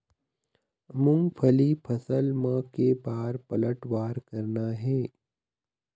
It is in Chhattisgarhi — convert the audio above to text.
मूंगफली फसल म के बार पलटवार करना हे?